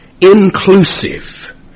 inclusive